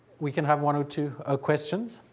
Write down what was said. we can have one or two ah questions.